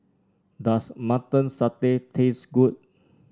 does Mutton Satay taste good